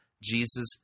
Jesus